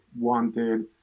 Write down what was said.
wanted